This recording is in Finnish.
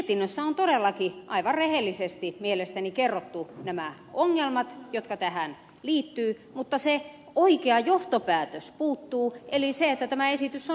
mietinnössä on todellakin aivan rehellisesti mielestäni kerrottu nämä ongelmat jotka tähän liittyvät mutta se oikea johtopäätös puuttuu eli se että tämä esitys on hylättävä